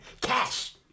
Cash